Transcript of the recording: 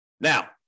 Now